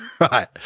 Right